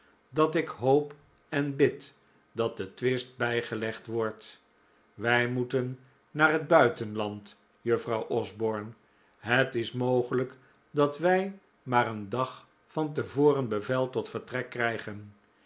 dat ik hoop en bid dat de twist bijgelegd wordt wij moeten naar het buitenland juffrouw osborne het is mogelijk dat wij maar een dag van te voren bevel tot vertrek krijgen